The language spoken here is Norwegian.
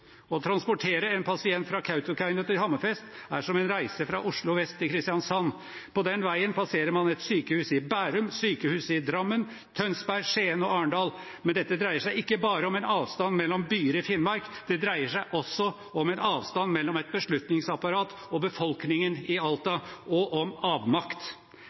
Å transportere en pasient fra Kautokeino til Hammerfest er som en reise fra Oslo vest til Kristiansand. På den veien passerer man et sykehus i Bærum og sykehusene i Drammen, Tønsberg, Skien og Arendal. Dette dreier seg ikke bare om en avstand mellom byer i Finnmark, det dreier seg også om en avstand mellom et beslutningsapparat og befolkningen i Alta, og om avmakt.